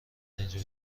اینجا